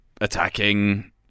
attacking